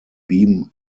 beam